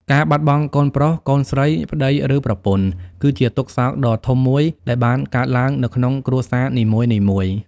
ការបាត់បង់កូនប្រុស កូនស្រី ប្តី ឬប្រពន្ធគឺជាទុក្ខសោកដ៏ធំមួយដែលបានកើតឡើងនៅក្នុងគ្រួសារនីមួយៗ។